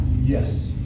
Yes